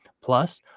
Plus